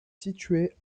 située